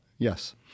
Yes